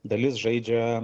dalis žaidžia